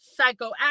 psychoactive